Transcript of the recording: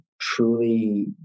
truly